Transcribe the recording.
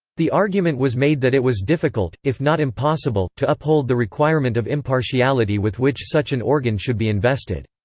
the argument was made that it was difficult, if not impossible, to uphold the requirement of impartiality with which such an organ should be invested.